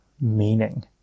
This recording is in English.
meaning